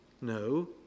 No